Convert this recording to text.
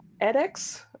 edx